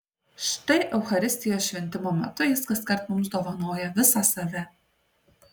štai eucharistijos šventimo metu jis kaskart mums dovanoja visą save